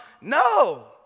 No